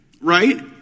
right